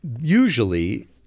usually